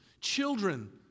children